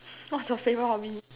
what's your favorite hobby